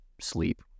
sleep